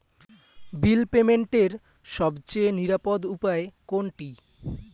বিল পেমেন্টের সবচেয়ে নিরাপদ উপায় কোনটি?